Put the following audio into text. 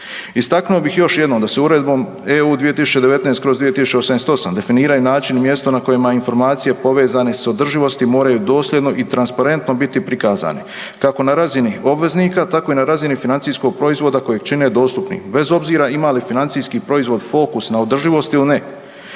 Istaknuo bih još jednom da se Uredbom (EU) 2019/2088 definiraju načini i mjesto na kojima informacije povezane s održivosti moraju dosljedno i transparentno biti prikazane, kako na razini obveznika, tako i na razini financijskog proizvoda koji čine dostupnim, bez obzira ima li financijski proizvod fokus na održivost ili ne.